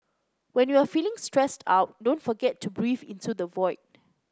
when you are feeling stressed out don't forget to breathe into the void